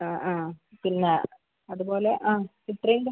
ആ ആ പിന്നെ അതുപോലെ ആ ഇത്രേ ഉള്ളൂ